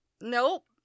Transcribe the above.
Nope